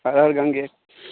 हर हर गङ्गे